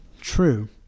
True